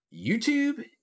youtube